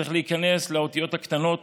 צריך להיכנס לאותיות הקטנות